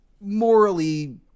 morally